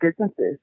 businesses